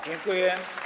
Dziękuję.